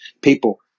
people